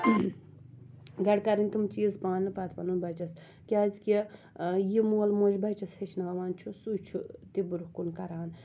گۄڈٕ کَرٕنۍ تِم چیٖز پانہٕ پَتہٕ وَنُن بَچَس کیازکہِ یہِ مول موج بَچَس ہیٚچھناوان چھُ سُہ چھُ تہِ برونٛہہ کُن کَران